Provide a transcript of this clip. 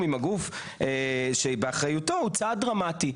עם הגוף שבאחריותו הוא צעד דרמטי.